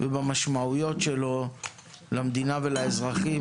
והמשמעויות שלו למדינה ולאזרחים,